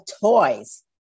toys